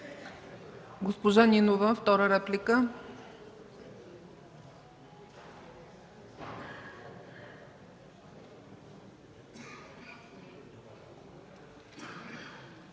Госпожа Нинова – втора реплика.